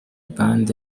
band